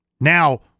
Now